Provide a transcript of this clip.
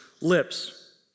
lips